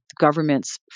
governments